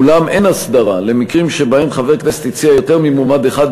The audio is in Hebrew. אולם אין הסדרה למקרים שבהם חבר כנסת הציע יותר ממועמד אחד,